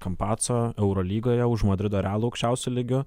kampaco eurolygoje už madrido realo aukščiausiu lygiu